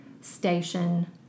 station